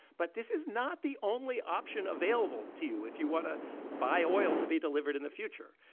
but this is not the only option available to you if you want to buy oil to be delivered in the future.